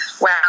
wow